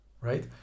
right